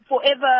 forever